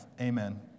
Amen